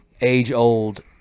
age-old